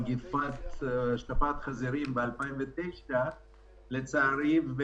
ממגפת שפעת החזירים ב-2009 לצערי,